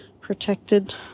protected